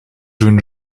jeunes